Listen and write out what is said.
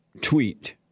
tweet